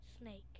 snake